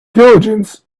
diligence